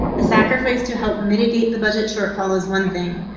a sacrificed to help mitigate the budget shortfall is one thing,